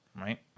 right